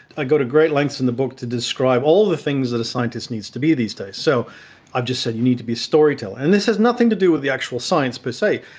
i go to great lengths in the book to describe all the things that a scientist needs to be these days. so i've just said you need to be a storyteller. and this has nothing to do with the actual science per se.